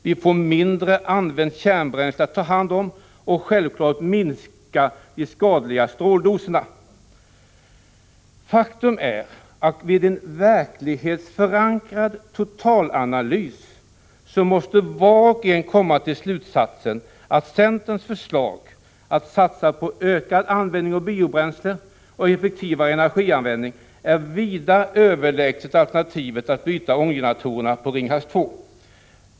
Vi får mindre använt kärnbränsle att ta hand om, och självfallet minskar de skadliga stråldoserna. Vid en verklighetsförankrad totalanalys måste var och en komma till slutsatsen att centerns förslag att satsa på ökad användning av biobränsle och effektivare energianvändning är vida överlägset alternativet att byta ånggeneratorerna på Ringhals 2.